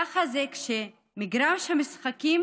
ככה זה כשמגרש המשחקים